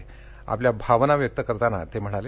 याबाबत आपल्या भावना व्यक्त करताना ते म्हणाले